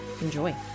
Enjoy